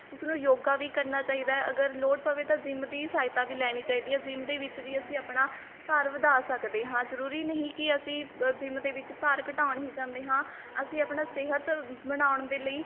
ਉਸਨੂੰ ਯੋਗਾ ਵੀ ਕਰਨਾ ਚਾਹੀਦਾ ਅਗਰ ਲੋੜ ਪਵੇ ਤਾਂ ਜਿੰਮ ਦੀ ਸਹਾਇਤਾ ਵੀ ਲੈਣੀ ਚਾਹੀਦੀ ਹੈ ਜਿੰਮ ਦੇ ਵਿੱਚ ਵੀ ਅਸੀਂ ਆਪਣਾ ਭਾਰ ਵਧਾ ਸਕਦੇ ਹਾਂ ਜ਼ਰੂਰੀ ਨਹੀਂ ਕਿ ਅਸੀਂ ਜਿੰਮ ਦੇ ਵਿੱਚ ਭਾਰ ਘਟਾਉਣ ਹੀ ਜਾਂਦੇ ਹਾਂ ਅਸੀਂ ਆਪਣਾ ਸਿਹਤ ਬਣਾਉਣ ਦੇ ਲਈ